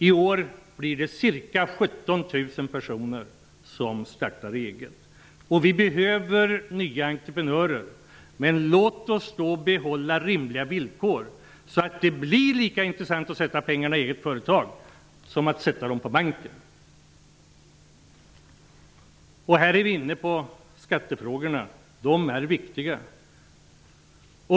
I år blir det ca 17 000 personer som startar eget. Vi behöver nya entreprenörer, men låt oss då behålla rimliga villkor, så att det blir lika intressant att sätta in pengarna i ett eget företag som att sätta dem på banken! Jag har nu kommit in på skattefrågorna, som är viktiga.